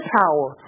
power